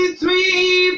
three